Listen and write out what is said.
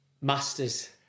Masters